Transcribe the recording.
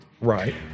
Right